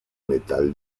metal